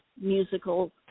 musical